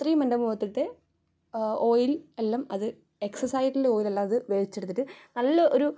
അത്രയും എൻ്റെ മുഖത്തിലത്തെ ഓയിൽ എല്ലാം അത് എക്സ്സസ് ആയിട്ടുള്ള ഓയിലെല്ലാം അത് വലിച്ചെടുത്തിട്ട് നല്ല ഒരു